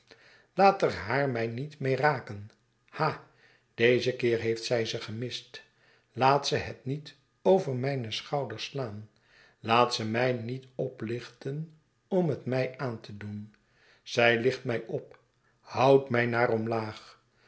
er haar mij niet mee raken ha deze keer heeft ze my gemist laat ze het niet over mijne schouders slaan laat ze mij niet oplichten om het mij aan te doen zij licht mij op houdt mij naar omlaag